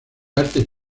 artes